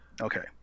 Okay